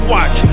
Watch